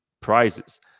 prizes